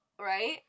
right